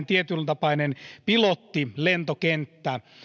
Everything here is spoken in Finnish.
tietyntapainen pilottilentokenttä